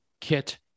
kit